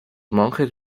monjes